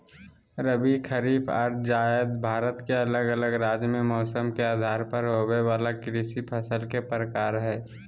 रबी, खरीफ आर जायद भारत के अलग अलग राज्य मे मौसम के आधार पर होवे वला कृषि फसल के प्रकार हय